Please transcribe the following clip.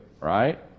right